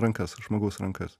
rankas žmogaus rankas